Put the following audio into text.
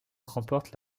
remportent